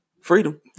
freedom